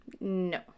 no